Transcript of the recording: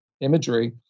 imagery